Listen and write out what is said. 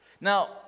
Now